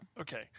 Okay